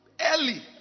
early